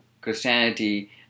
Christianity